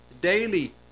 daily